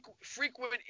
frequent